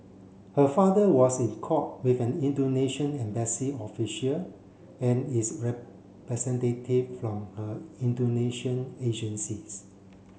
her father was in court with an Indonesian embassy official and is representative from her Indonesian agencies